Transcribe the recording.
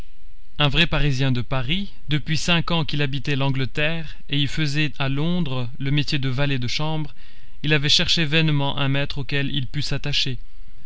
un vrai parisien de paris depuis cinq ans qu'il habitait l'angleterre et y faisait à londres le métier de valet de chambre il avait cherché vainement un maître auquel il pût s'attacher